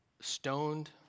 stoned